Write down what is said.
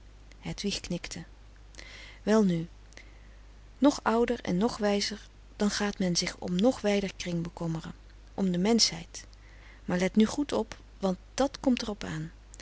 hedwig knikte welnu nog ouder en nog wijzer dan gaat men zich om nog wijder kring bekommeren om de menschheid maar let nu goed op want dat komt er op aan